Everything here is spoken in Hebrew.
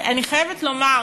אני חייבת לומר,